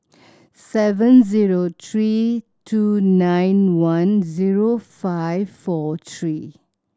seven zero three two nine one zero five four three